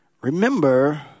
Remember